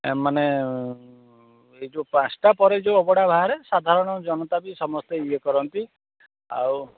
ଆଉମାନେ ଏଇ ଯେଉଁ ପାଞ୍ଚଟା ପରେ ଯେଉଁ ଅବଢ଼ା ବାହାରେ ସାଧାରଣ ଜନତା ବି ସମସ୍ତେ ଇଏ କରନ୍ତି ଆଉ